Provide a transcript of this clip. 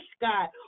God